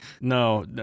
no